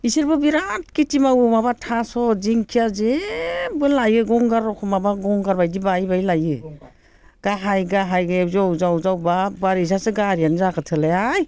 बिसोरबो बिराद खेति मावो माबा थास' दिंखिया जेबो लायो गंगार रोखोम माबा गंगार बायदि बायै बायै लायो गाहाय गाहाय जेव जेव जाव जाव बाबारे बिसोरहासो गारियानो जायगा थोलायाहाय